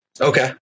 Okay